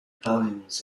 poems